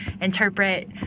interpret